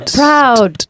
proud